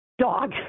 dog